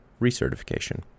recertification